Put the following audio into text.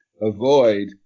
avoid